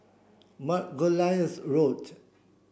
Margoliouth Road